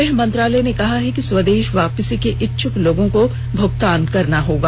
गृह मंत्रालय ने कहा है कि स्वदेश वापसी के इच्छुक लोगों को भुगतान करना होगा